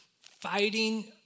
fighting